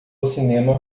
cinema